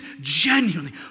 genuinely